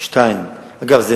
אגב,